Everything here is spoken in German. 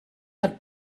hat